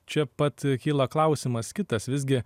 čia pat kyla klausimas kitas visgi